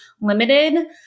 limited